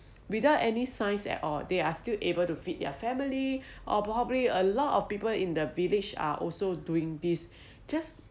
without any science at all they are still able to feed their family or probably a lot of people in the village are also doing this just